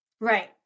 right